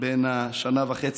בן השנה וחצי,